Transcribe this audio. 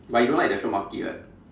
but you don't like the shiok maki right